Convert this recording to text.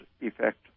effect